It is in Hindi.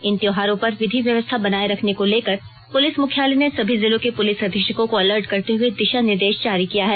इन त्योहारों पर विधि व्यवस्था बनाये रखने को लेकर पुलिस मुख्यालय ने सभी जिलों के पुलिस अधीक्षकों को अलर्ट करते हुए दिशा निर्देश जारी किया है